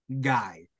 guy